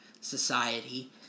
society